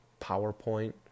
PowerPoint